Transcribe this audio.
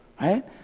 right